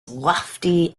lofty